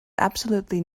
absolutely